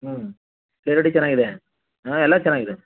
ಹ್ಞೂ ಕ್ಲಾರಿಟಿ ಚೆನ್ನಾಗಿದೆ ಆ ಎಲ್ಲ ಚೆನ್ನಾಗಿದೆ